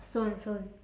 soon soon